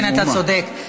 אתה צודק.